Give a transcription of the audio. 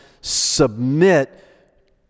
submit